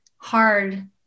hard